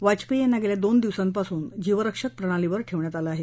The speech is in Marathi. वाजपेयी यांना गेल्या दोन दिवसांपासून जीवरक्षक प्रणालीवर ठेवण्यात आलं आहे